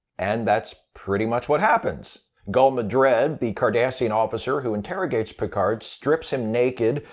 and that's pretty much what happens. gul madred, the cardassian officer who interrogates picard, strips him naked,